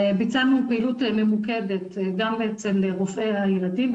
ביצענו פעילות ממוקדת גם אצל רופאי הילדים,